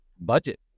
budget